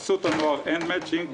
בחסות הנוער אין מצ'ינג,